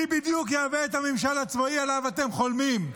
מי בדיוק יהווה את הממשל הצבאי שעליו אתם חולמים?